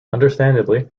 understandably